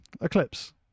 Eclipse